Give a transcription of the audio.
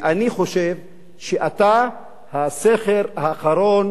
אני חושב שאתה הסכר האחרון